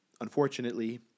Unfortunately